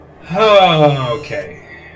Okay